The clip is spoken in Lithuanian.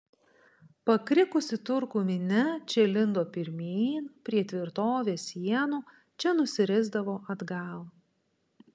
pakrikusi turkų minia čia lindo pirmyn prie tvirtovės sienų čia nusirisdavo atgal